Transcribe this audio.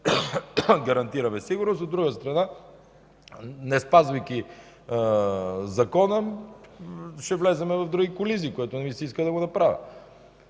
гарантираме сигурност, а от друга страна, неспазвайки закона, ще влезем в други колизии, което не ми се иска да направим.